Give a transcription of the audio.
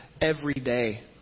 everyday